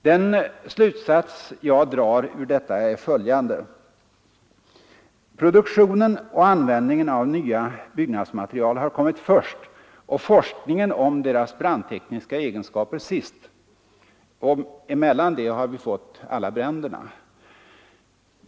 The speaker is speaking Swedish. Den slutsats jag drar ur detta är följande: Produktionen och användningen av nya byggnadsmaterial har kommit först och forskningen om deras brandtekniska egenskaper sist. Däremellan har vi fått alla bränderna.